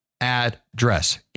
address